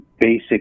basic